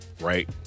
Right